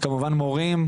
כמובן מורים,